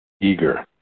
eager